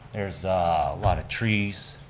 there's a lot of trees.